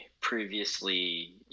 previously